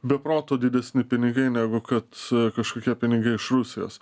be proto didesni pinigai negu kad kažkokie pinigai iš rusijos